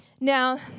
Now